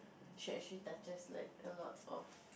she actually touches like a lot of